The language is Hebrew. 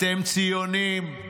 אתם ציונים,